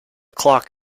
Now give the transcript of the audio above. clock